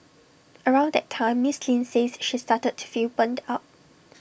around that time miss Lin says she started to feel burnt out